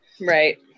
Right